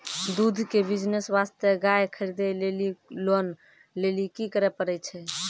दूध के बिज़नेस वास्ते गाय खरीदे लेली लोन लेली की करे पड़ै छै?